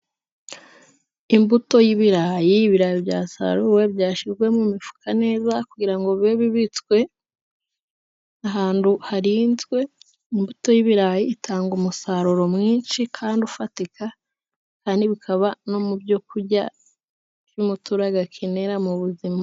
Imbuto y'ibirayi, ibirayi byasaruwe byashyizwe mu mifuka neza kugira ngo bibe bibitswe ahantu harinzwe. Imbuto y'ibirayi itanga umusaruro mwinshi kandi ufatika, kandi bikaba no mu byo kurya umuturage akenera mu buzima.